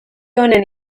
honen